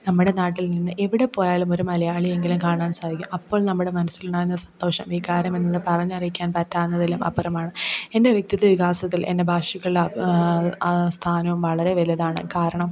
നമ്മുടെ നാട്ടിൽ നിന്ന് എവിടെ പോയാലുമൊരു മലയാളിയെങ്കിലും കാണാൻ സാധിക്കും അപ്പോൾ നമ്മുടെ മനസ്സിലുണ്ടാകുന്ന സന്തോഷം വികാരമെന്നത് പറഞ്ഞറിയിക്കാൻ പറ്റാവുന്നതിലും അപ്പുറമാണ് എന്റെ വ്യക്തിത്വം വികാസത്തിൽ എന്റെ ഭാഷക്കുള്ള ആ സ്ഥാനവും വളരെ വലുതാണ് കാരണം